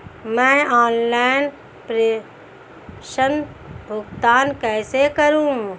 मैं ऑनलाइन प्रेषण भुगतान कैसे करूँ?